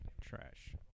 trash